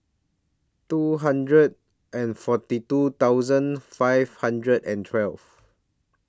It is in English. two hundred and forty two thousand five hundred and twelve